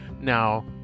Now